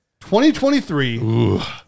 2023